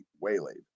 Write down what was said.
waylaid